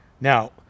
now